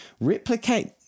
replicate